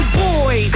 boy